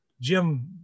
jim